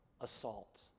assault